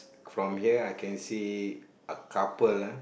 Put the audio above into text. from here I can see a couple ah